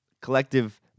Collective